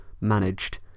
managed